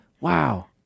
Wow